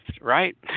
right